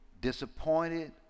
disappointed